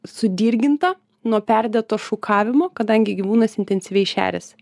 sudirginta nuo perdėto šukavimo kadangi gyvūnas intensyviai šeriasi